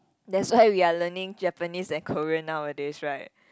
that's why we're learning Japanese and Korean nowadays right